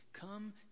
Come